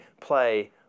play